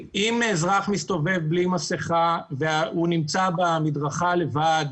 אם אזרח מסתובב בלי מסכה והוא נמצא במדרכה לבד,